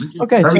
Okay